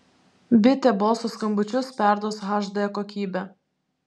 bitė balso skambučius perduos hd kokybe